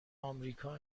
آمریکا